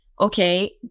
okay